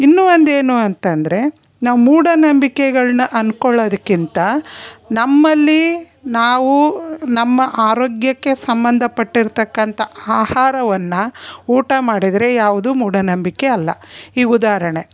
ಇನ್ನೂ ಒಂದು ಏನು ಅಂತ ಅಂದರೆ ನಾವು ಮೂಢನಂಬಿಕೆಗಳನ್ನ ಅಂದ್ಕೊಳ್ಳೋದಕ್ಕಿಂತ ನಮ್ಮಲ್ಲಿ ನಾವು ನಮ್ಮ ಆರೋಗ್ಯಕ್ಕೆ ಸಂಬಂಧಪಟ್ಟಿರ್ತಕ್ಕಂಥ ಆಹಾರವನ್ನು ಊಟ ಮಾಡಿದರೆ ಯಾವುದೂ ಮೂಢನಂಬಿಕೆ ಅಲ್ಲ ಈಗ ಉದಾಹರಣೆ